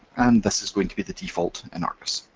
and this is going to be the default in argos.